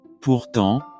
Pourtant